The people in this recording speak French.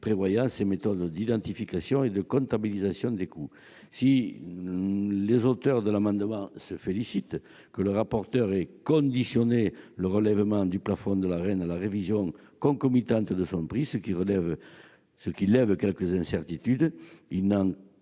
prévoyant ces méthodes d'identification et de comptabilisation des coûts. » Si nous nous félicitons de ce que le rapporteur ait conditionné le relèvement du plafond de l'Arenh à la révision concomitante de son prix, ce qui lève quelques incertitudes, nous